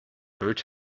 bird